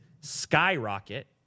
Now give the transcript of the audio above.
skyrocket